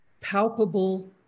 palpable